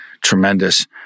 tremendous